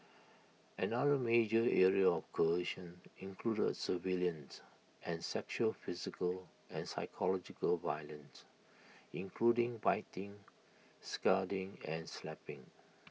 another major area coercion included surveillance and sexual physical and psychological violence including biting scalding and slapping